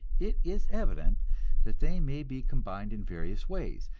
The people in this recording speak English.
it is evident that they may be combined in various ways,